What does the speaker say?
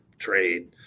trade